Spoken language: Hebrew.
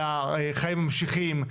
והחיים ממשיכים,